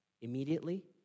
immediately